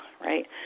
right